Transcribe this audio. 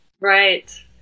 right